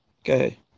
Okay